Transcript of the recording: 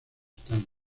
stand